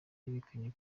yerekanye